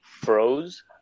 froze